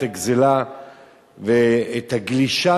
את הגזלה ואת הגלישה,